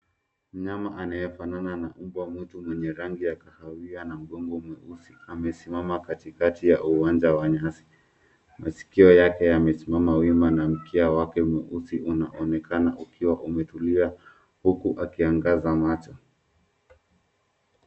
Mnyama anayefanana na mbwa mwitu mwenye rangi ya kahawia na mgongo mweusi, amesimama katikati ya uwanja wa nyasi. Masikio yake yamesimama wima, na mkia wake mweusi unaonekana ukiwa umetulia, huku akiangaza macho.